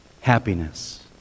happiness